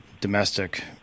domestic